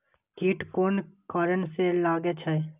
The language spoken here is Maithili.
कीट कोन कारण से लागे छै?